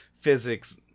physics